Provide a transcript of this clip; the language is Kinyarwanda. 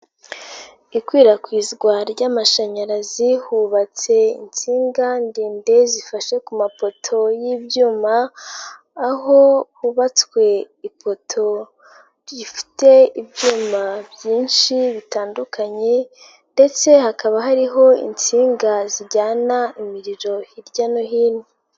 Ikwirakwizwa ry'amashanyarazi hubatse insinga ndende zifashe ku mapoto y'ibyuma aho hubatswe ipoto rifite ibyuma byinshi bitandukanye ndetse hakaba hariho insinga zijyana imiriro hirya no hino.